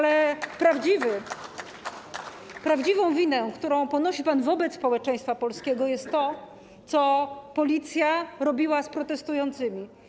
Jednak prawdziwą winą, którą ponosi pan wobec społeczeństwa polskiego, jest to, co Policja robiła z protestującymi.